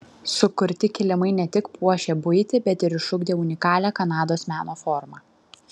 sukurti kilimai ne tik puošė buitį bet ir išugdė unikalią kanados meno formą